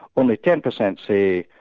only ten percent say,